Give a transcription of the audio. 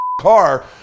car